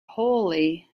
wholly